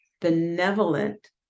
benevolent